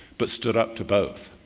but stood up to both.